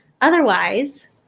Otherwise